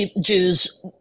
Jews